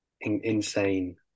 insane